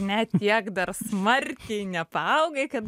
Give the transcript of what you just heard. ne tiek dar smarkiai nepaaugai kad